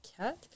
cat